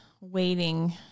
waiting